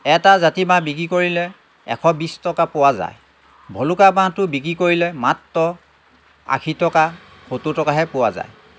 এটা জাতি বাঁহ বিকি কৰিলে এশ বিছ টকা পোৱা যায় ভলুকা বাঁহটো বিকি কৰিলে মাত্ৰ আশী টকা সত্তৰ টকাহে পোৱা যায়